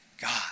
God